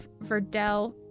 Verdell